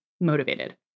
motivated